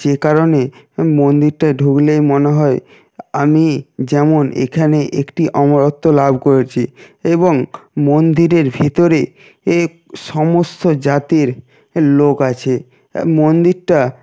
যে কারণে মন্দিরটায় ঢুকলেই মনে হয় আমি যেমন এখানে একটি অমরত্ব লাভ করেছি এবং মন্দিরের ভিতরে এ সমস্ত জাতির লোক আছে মন্দিরটা